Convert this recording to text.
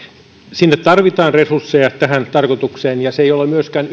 sinne tarvitaan resursseja tähän tarkoitukseen se ei ole myöskään